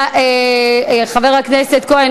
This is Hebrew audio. חבר הכנסת כהן,